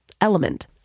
Element